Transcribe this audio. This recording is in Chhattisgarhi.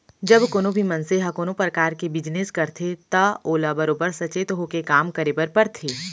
जब कोनों भी मनसे ह कोनों परकार के बिजनेस करथे त ओला बरोबर सचेत होके काम करे बर परथे